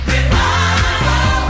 Revival